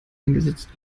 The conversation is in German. eingesetzt